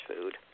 food